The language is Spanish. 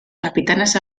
capitanes